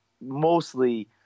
mostly